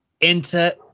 Enter